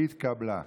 התקבלה.